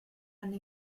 anno